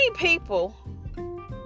people